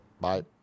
Bye